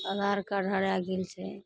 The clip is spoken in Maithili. आधारकार्ड हराए गेल छै